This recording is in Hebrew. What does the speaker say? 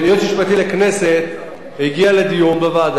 שהיועץ המשפטי לכנסת הגיע לדיון בוועדה